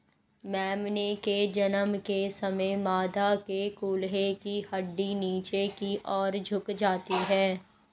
मेमने के जन्म के समय मादा के कूल्हे की हड्डी नीचे की और झुक जाती है